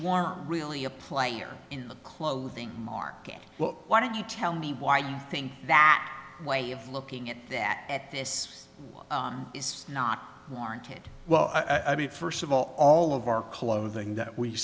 are really a player in the clothing market well why don't you tell me why you think that way of looking at that at this one is not warranted well i mean first of all all of our clothing